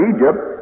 Egypt